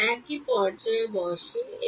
এক পর্যায়ে বসে এবং